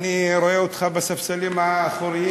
אני רואה אותך בספסלים האחוריים,